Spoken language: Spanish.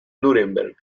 núremberg